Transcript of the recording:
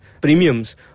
premiums